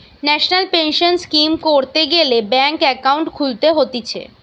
national pension scheme করতে গ্যালে bank account খুলতে হতিছে